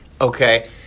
Okay